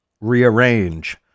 Rearrange